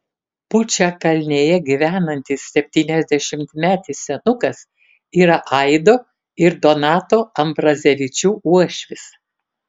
pučiakalnėje gyvenantis septyniasdešimtmetis senukas yra aido ir donato ambrazevičių uošvis